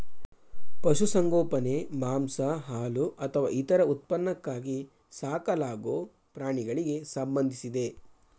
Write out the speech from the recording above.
ಪಶುಸಂಗೋಪನೆ ಮಾಂಸ ಹಾಲು ಅಥವಾ ಇತರ ಉತ್ಪನ್ನಕ್ಕಾಗಿ ಸಾಕಲಾಗೊ ಪ್ರಾಣಿಗಳಿಗೆ ಸಂಬಂಧಿಸಿದೆ